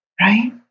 Right